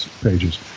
pages